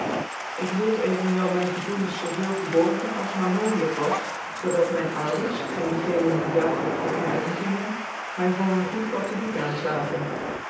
ik hield evenwel mijn gevoel zoo veel verborgen als maar mogelijk was zoo dat myn ouders en die genen die dagelijks met my omgingen my voor een goed catholijk